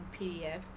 PDF